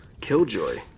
Killjoy